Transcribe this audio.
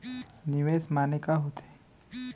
निवेश माने का होथे?